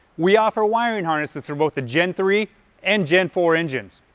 we offer wiring harnesses for both the gen three and gen four engines.